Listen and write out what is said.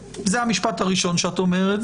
זה המשפט הראשון שאת אומרת,